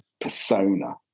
persona